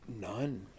none